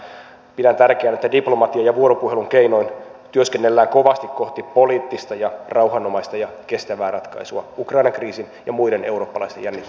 senkin takia pidän tärkeänä että diplomatian ja vuoropuhelun keinoin työskennellään kovasti kohti poliittista ja rauhanomaista ja kestävää ratkaisua ukrainan kriisin ja muiden eurooppalaisten jännitteiden suhteen